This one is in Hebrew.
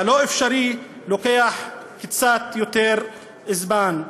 הלא-אפשרי לוקח קצת יותר זמן.